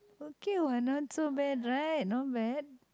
okay what not so bad right not bad